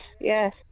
yes